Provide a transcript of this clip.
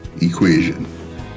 equation